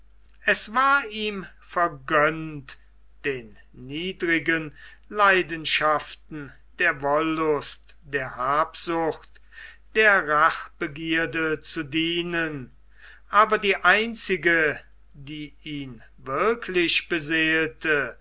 es war ihm vergönnt den niedrigen leidenschaften der wollust der habsucht der rachbegierde zu dienen aber die einzige die ihn wirklich beseelte